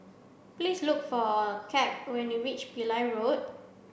please look for Cap when you reach Pillai Road